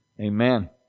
Amen